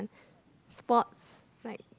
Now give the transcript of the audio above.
sports like